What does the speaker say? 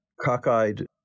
cockeyed